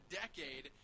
decade